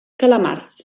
calamars